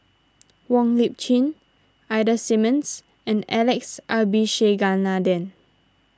Wong Lip Chin Ida Simmons and Alex Abisheganaden